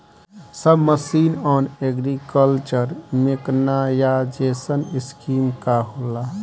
सब mission on agriculture mechanisation scheme का होला?